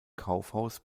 kaufhaus